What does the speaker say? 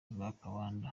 lwakabamba